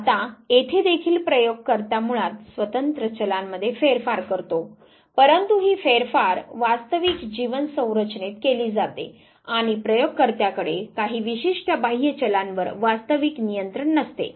आता येथे देखील प्रयोग कर्ता मुळात स्वतंत्र चलांमध्ये फेरफार करतो परंतु ही फेरफार वास्तविक जीवन संरचनेत केली जाते आणि प्रयोगकर्त्याकडे काही विशिष्ट बाह्य चलांवर वास्तविक नियंत्रण नसते